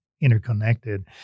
interconnected